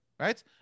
Right